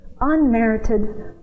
unmerited